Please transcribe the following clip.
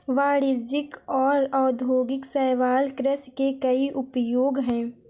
वाणिज्यिक और औद्योगिक शैवाल कृषि के कई उपयोग हैं